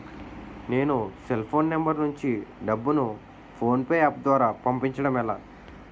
నేను cell phone number నుంచి డబ్బును ను ఫోన్పే అప్ ద్వారా పంపించడం ఎలా?